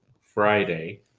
Friday